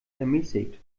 ermäßigt